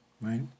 right